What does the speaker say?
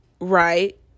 Right